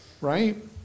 Right